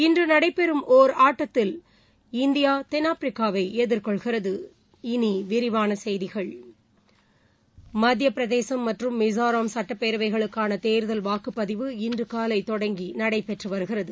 இன்று நடைபெறும் ஒரு ஆட்டத்தில் இந்தியா தென்னாப்பிரிக்காவை எதிர்கொள்கிறது இனி விரிவான செய்திகள் மத்திய பிரதேசும் மற்றும் மிசோராம் சுட்டப்பேரவைகளுக்கான தேர்தல் வாக்குப்பதிவு இன்று காலை தொடங்கி நடைபெற்று வருகிறது